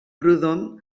proudhon